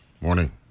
Morning